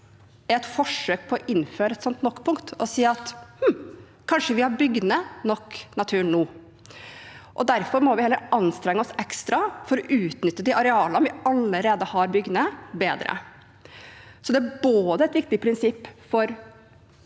er et forsøk på å innføre et sånt nok-punkt og si at kanskje har vi bygd ned nok natur nå. Derfor må vi heller anstrenge oss ekstra for å utnytte bedre de arealene vi allerede har bygd ned. Så det er et viktig prinsipp